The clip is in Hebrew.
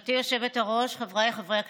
גברתי היושבת-ראש, חבריי חברי הכנסת,